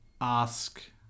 ask